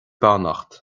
beannacht